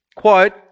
Quote